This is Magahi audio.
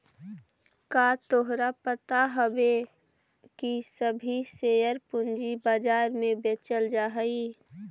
का तोहरा पता हवअ की सभी शेयर पूंजी बाजार में बेचल जा हई